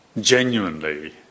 genuinely